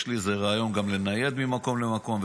יש לי איזה רעיון גם לנייד ממקום למקום.